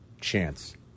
chance